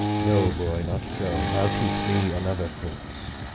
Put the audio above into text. no, boy, not so i'll teach thee another course.